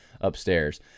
upstairs